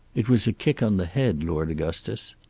it was a kick on the head, lord augustus.